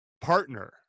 partner